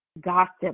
Gossip